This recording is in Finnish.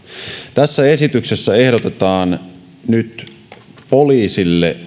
tässä esityksessä ehdotetaan nyt poliisille